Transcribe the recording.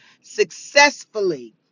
successfully